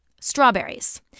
Strawberries